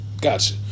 Gotcha